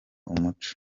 umuco